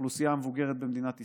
לאוכלוסייה המבוגרת במדינת ישראל,